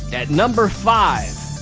at number five,